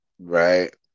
right